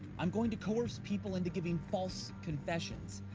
i'm going to coerce people into giving false confessions,